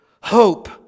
hope